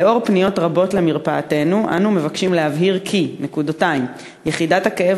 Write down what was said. לאור פניות רבות למרפאתנו אנו מבקשים להבהיר כי יחידת הכאב